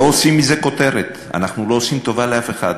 לא עושים מזה כותרת, אנחנו לא עושים טובה לאף אחד.